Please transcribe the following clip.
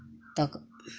तऽ